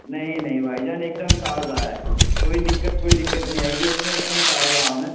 نہیں نہیں بھائی جان ایک دم تازہ ہے کوئی دقت کوئی دقت نہیں آئے گی اُس میں ایک دم تازہ آم ہے